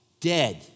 dead